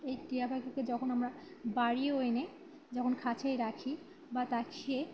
এই টিয়া পাখিকে যখন আমরা বাড়িও এনে যখন খাঁচায় রাখি বা তাকে